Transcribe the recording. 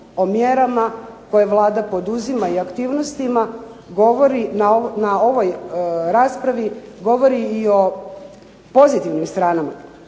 o mjerama koje Vlada poduzima i aktivnostima govori na ovoj raspravi, govori i o pozitivnim stranama,